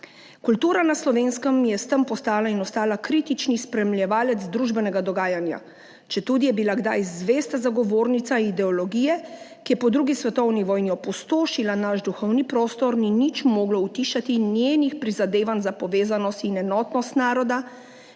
Kultura na Slovenskem je s tem postala in ostala kritični spremljevalec družbenega dogajanja, četudi je bila kdaj zvesta zagovornica ideologije, ki je po drugi svetovni vojni opustošila naš duhovni prostor, ni nič moglo utišati njenih prizadevanj za povezanost in enotnost naroda,